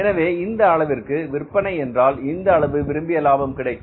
எனவே இந்த அளவிற்கு விற்பனை என்றால் இந்த அளவு விரும்பிய லாபம் கிடைக்கும்